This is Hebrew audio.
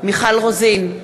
מיכל רוזין,